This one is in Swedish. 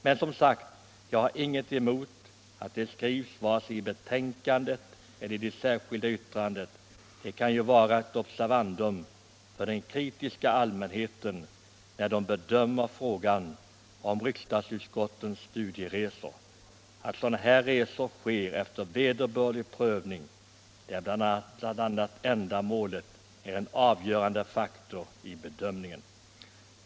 Men jag har som sagt ingenting emot att påpekandet görs vare sig i betänkandet eller i det särskilda yttrandet — det kan ju vara ett observandum för den kritiska allmänheten när den bedömer riksdagsutskottens studieresor, att sådana resor företas efter vederbörlig prövning, där bl.a. ändamålet är en avgörande faktor vid bedömningen.